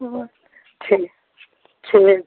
ठीक ठीक छै